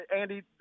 Andy